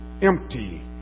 Empty